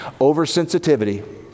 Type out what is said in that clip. Oversensitivity